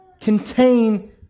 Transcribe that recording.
contain